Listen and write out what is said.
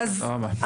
תודה רבה.